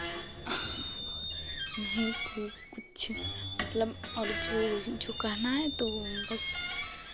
और नहीं कोई कुछ मतलब और जो जो कहना है तो बस